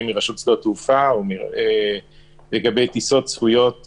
מרשות שדות התעופה לגבי טיסות נכנסות צפויות,